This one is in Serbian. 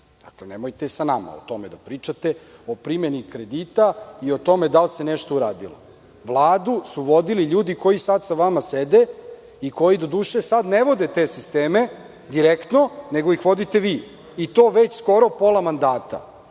Ilićem, nemojte sa nama o tome da pričate, o primeni kredita i o tome da li se nešto uradilo. Vladu su vodili ljudi koji sada sa vama sede i koji doduše ne vode sisteme direktno, nego ih vodite vi i to već skoro pola mandata,